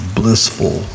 blissful